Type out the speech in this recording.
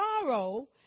sorrow